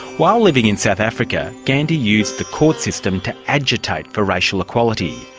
while living in south africa, gandhi used the court system to agitate for racial equality.